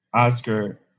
Oscar